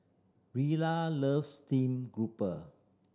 Rilla loves steamed grouper